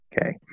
okay